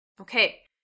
Okay